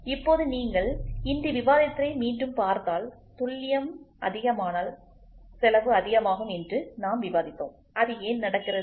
இப்போது நீங்கள் இன்று விவாதித்தை மீண்டும் பார்த்தால் துல்லியம் அதிகமானல் செலவு அதிகம் இருக்கும் என்று நாம் விவாதித்தோம்அது ஏன் நடக்கிறது